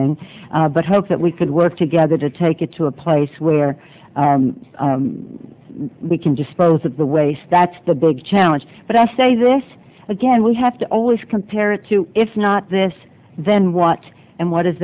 thing but hope that we could work together to take it to a place where we can dispose of the waste that's the big challenge but i say this again we have to always compare it to it's not this then what and what does